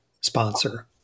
sponsor